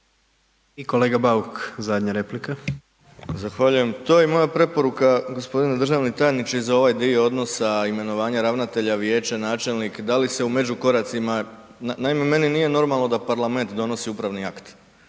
I kolega Bauk, zadnja replika. **Bauk, Arsen (SDP)** Zahvaljujem. To je i moja preporuka, g. državni tajniče za ovaj dio odnosa imenovanja ravnatelja, vijeće, načelnik, da li se u međukoracima… Naime, meni nije normalno da parlament donosi upravni akt.